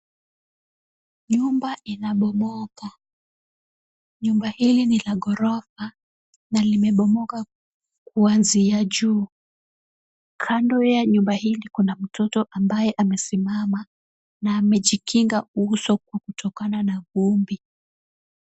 Nyumba inabomoka. Nyumba hili ni la ghorofa na limebomoka kuanzia juu. Kando ya nyumba hili kuna mtoto ambaye amesimama na amejikinga uso kwa kutokana na vumbi.